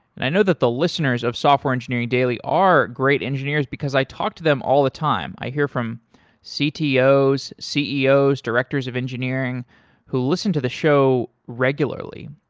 and i know that the listeners of software engineering daily are great engineers, because i talk to them all the time. i hear from ctos, ceos, directors of engineering who listen to the show regularly.